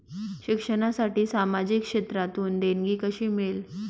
शिक्षणासाठी सामाजिक क्षेत्रातून देणगी कशी मिळेल?